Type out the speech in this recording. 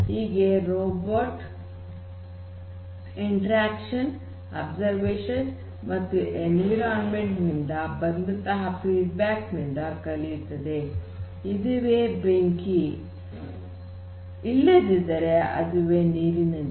ಹೀಗೆ ರೋಬೋಟ್ ಪರಸ್ಪರ ಕ್ರಿಯೆ ಅಬ್ಸರ್ವೇಷನ್ ಮತ್ತು ಎನ್ವಿರಾನ್ಮೆಂಟ್ ನಿಂದ ಬಂದಂತಹ ಫೀಡ್ಬ್ಯಾಕ್ ನಿಂದ ಕಲಿಯುತ್ತದೆ ಇದುವೇ ಬೆಂಕಿ ಇಲ್ಲದಿದ್ದರೆ ಅದುವೇ ನೀರಿನಂತೆ